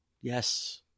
Yes